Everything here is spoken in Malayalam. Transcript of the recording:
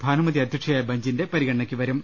ഭാനുമതി അധ്യക്ഷയായ ബഞ്ചിന്റെ പരിഗണനയ്ക്കുവരും